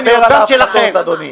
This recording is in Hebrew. אני מדבר על הפחתות, אדוני.